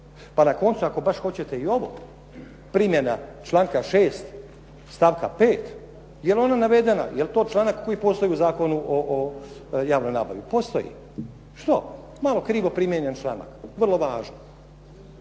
Pa na koncu ako baš hoćete i ovo, primjena članka 6. stavka 5. Jel' ona navedena, jel' to članak koji postoji u Zakonu o javnoj nabavi. Postoji. Što? Malo krivo primijenjen članak. Vrlo važno.